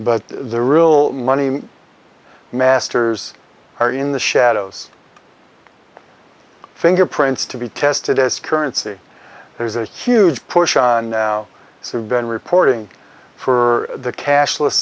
but the real money masters are in the shadows fingerprints to be tested as currency there's a huge push on now so we've been reporting for the cash